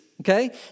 okay